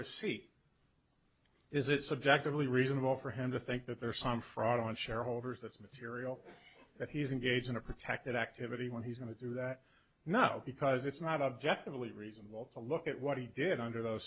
subjectively reasonable for him to think that there's some fraud on shareholders that's material that he's engaged in a protected activity when he's going to do that now because it's not objectively reasonable to look at what he did under those